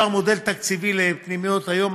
אושר מודל תקציבי לפנימיות היום,